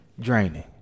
draining